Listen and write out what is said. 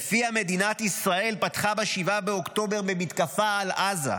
שלפיה מדינת ישראל פתחה ב-7 באוקטובר במתקפה על עזה.